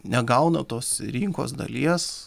negauna tos rinkos dalies